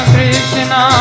Krishna